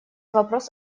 вопрос